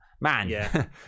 man